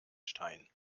stein